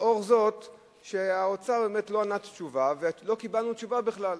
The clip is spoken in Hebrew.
מכיוון שהאוצר לא ענה תשובה ולא קיבלנו תשובה בכלל.